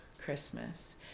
Christmas